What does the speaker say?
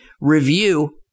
review